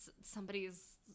somebody's